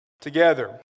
together